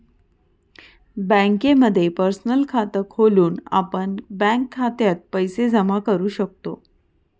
बँकेमध्ये पर्सनल खात खोलून आपण बँक खात्यात पैसे जमा करू शकतो